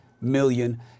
million